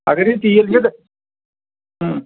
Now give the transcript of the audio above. اَگر یہِ تیٖل اۭں